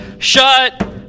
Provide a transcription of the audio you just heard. shut